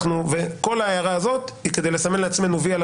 כל ההערה הזו היא כדי לסמן לעצמנו "וי" על